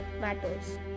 matters